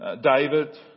David